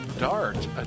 Dart